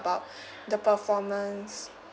~bout the performance